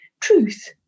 truth